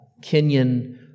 kenyan